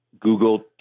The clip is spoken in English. Google